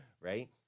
right